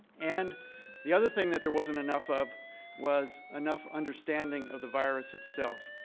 and the other thing that there wasn't enough of was enough understanding of the virus itself,